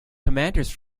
commanders